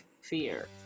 fear